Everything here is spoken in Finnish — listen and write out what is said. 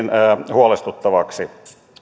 huolestuttavaksi